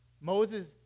Moses